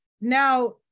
Now